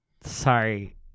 sorry